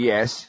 Yes